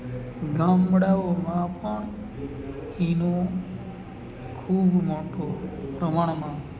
ગામડાઓમાં પણ એનો ખૂબ મોટો પ્રમાણમાં